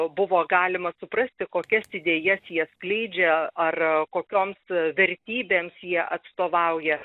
buvo galima suprasti kokias idėjas jie skleidžia ar kokioms vertybėms jie atstovauja